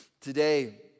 Today